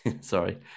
Sorry